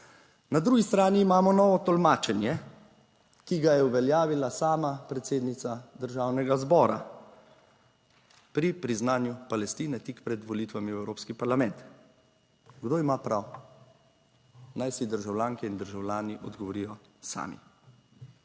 Na drugi strani imamo novo tolmačenje, ki ga je uveljavila sama predsednica Državnega zbora pri priznanju Palestine tik pred volitvami v Evropski parlament. Kdo ima prav? Naj si državljanke in državljani odgovorijo sami.